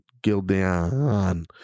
Gildan